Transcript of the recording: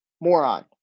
moron